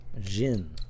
Jin